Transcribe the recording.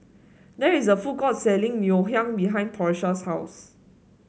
there is a food court selling Ngoh Hiang behind Porsha's house